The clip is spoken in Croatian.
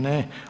Ne.